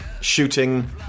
Shooting